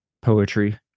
poetry